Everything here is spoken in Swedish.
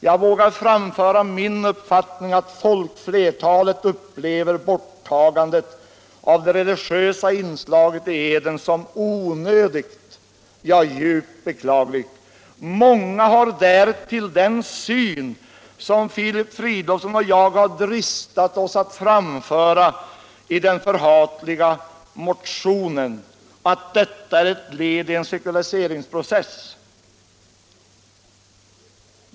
Jag vågar framföra min uppfattning att folkflertalet upplever borttagandet av det religiösa inslaget i eden som onödigt, ja, djupt beklagligt. Många har därtill den syn som Filip Fridolfsson och jag har dristat oss att framföra i den förhatliga motionen, att detta är ett led i sekulariseringsprocessen.